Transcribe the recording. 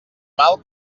mal